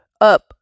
up